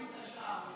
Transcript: מוריד את השאר.